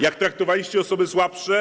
Jak traktowaliście osoby słabsze?